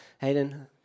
Hayden